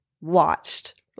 watched